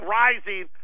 rising